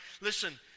Listen